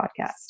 podcast